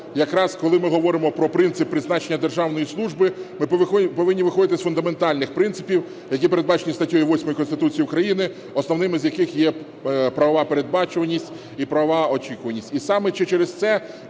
якраз, коли ми говоримо про принцип призначення державної служби, ми повинні виходити з фундаментальних принципів, які передбачені статтею 8 Конституції України, основними з яких є правова передбачуваність і правова очікуваність. І саме через це